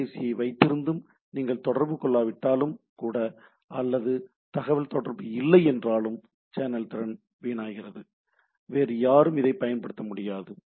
தொலைபேசியை வைத்திருந்தும் நீங்கள் தொடர்பு கொள்ளாவிட்டாலும் கூட அல்லது தகவல் தொடர்பு இல்லை என்றாலும் சேனல் திறன் வீணாகிறது வேறு யாரும் இதை பயன்படுத்தவும் முடியாது